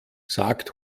sagt